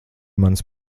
manas